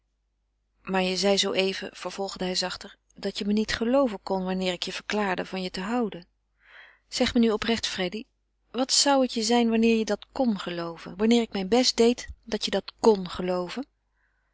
maar je zei zooeven vervolgde hij zachter dat je me niet gelooven kon wanneer ik je verklaarde van je te houden zeg me nu oprecht freddy wat zou het je zijn wanneer je dat kon gelooven wanneer ik mijn best deed dat je dat kon gelooven